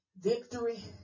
victory